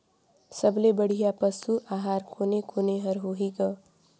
सबले बढ़िया पशु आहार कोने कोने हर होही ग?